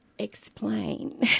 explain